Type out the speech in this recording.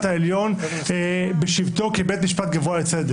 המשפט הוא על מה שנקרא "זכויות מיוחסות",